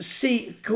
see